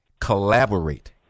collaborate